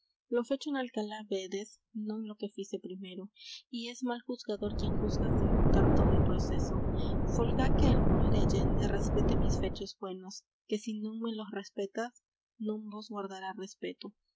lo fecho en alcalá vedes non lo que fice primero y es mal juzgador quien juzga sin notar todo el proceso folgá que el moro de allende respete mis fechos buenos que si non me los respeta non vos guardará respeto